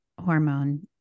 hormone